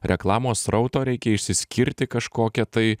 reklamos srauto reikia išsiskirti kažkokia tai